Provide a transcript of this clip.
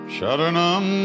Sharanam